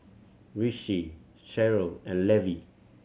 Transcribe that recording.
Rishi Cheryll and Levi